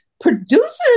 producers